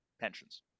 pensions